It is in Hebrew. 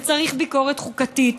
וצריך ביקורת חוקתית.